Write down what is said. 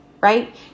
right